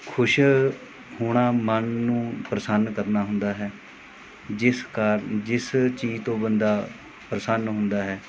ਖੁਸ਼ ਹੋਣਾ ਮਨ ਨੂੰ ਪ੍ਰਸੰਨ ਕਰਨਾ ਹੁੰਦਾ ਹੈ ਜਿਸ ਕਾਰਨ ਜਿਸ ਚੀਜ਼ ਤੋਂ ਬੰਦਾ ਪ੍ਰਸੰਨ ਹੁੰਦਾ ਹੈ